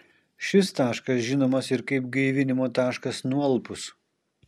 šis taškas žinomas ir kaip gaivinimo taškas nualpus